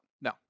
No